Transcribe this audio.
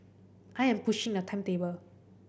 I am pushing a timetable